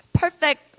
perfect